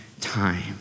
time